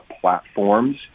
platforms